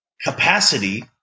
capacity